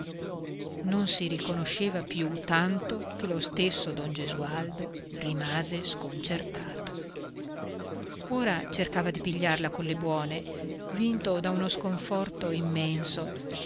non si riconosceva più tanto che lo stesso don gesualdo rimase sconcertato ora cercava di pigliarla colle buone vinto da uno sconforto immenso